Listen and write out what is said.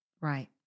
Right